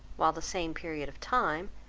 while the same period of time,